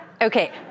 Okay